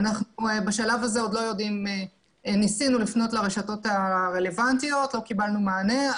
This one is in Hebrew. בשלב הזה ניסינו לפנות לרשויות הרלוונטיות אך לא קיבלנו מענה.